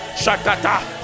shakata